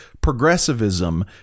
progressivism